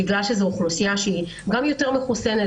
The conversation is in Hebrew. בגלל שזאת אוכלוסייה שהיא גם יותר מחוסנת,